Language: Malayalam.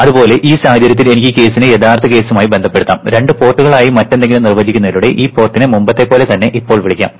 അതുപോലെ ഈ സാഹചര്യത്തിൽ എനിക്ക് ഈ കേസിനെ യഥാർത്ഥ കേസുമായി ബന്ധപ്പെടുത്താം രണ്ട് പോർട്ടുകളായി മറ്റെന്തെങ്കിലും നിർവചിക്കുന്നതിലൂടെ ഈ പോർട്ടിനെ മുമ്പത്തെപ്പോലെ തന്നെ ഇപ്പോൾ വിളിക്കാം